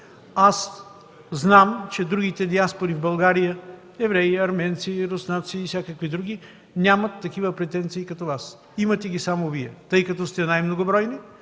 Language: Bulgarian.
Аз знам, че другите диаспори в България – евреи, арменци, руснаци и всякакви други, нямат такива претенции като Вас. Имате ги само Вие, тъй като сте най-многобройни,